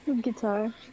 Guitar